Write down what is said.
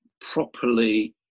properly